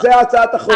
זאת הצעת החוק.